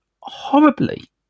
horribly